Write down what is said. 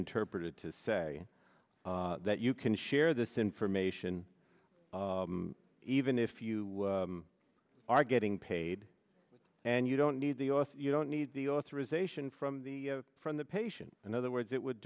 interpreted to say that you can share this information even if you are getting paid and you don't need the u s you don't need the authorization from the from the patient and other words it would